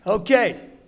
Okay